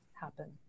happen